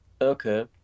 Okay